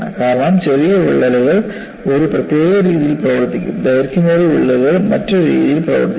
കാരണം ചെറിയ വിള്ളലുകൾ ഒരു പ്രത്യേക രീതിയിൽ പ്രവർത്തിക്കും ദൈർഘ്യമേറിയ വിള്ളലുകൾ മറ്റൊരു രീതിയിൽ പ്രവർത്തിക്കും